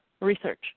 research